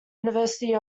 university